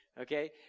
okay